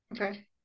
Okay